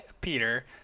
Peter